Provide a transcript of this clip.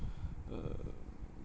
um